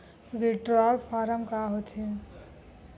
Withdrawal form का होथे?